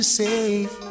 safe